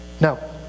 No